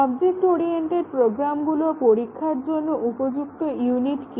object oriented প্রোগ্রামগুলোর পরীক্ষার জন্য উপযুক্ত ইউনিট কি